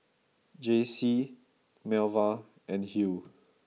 Jaycie Melva and Hugh